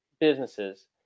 businesses